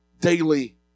daily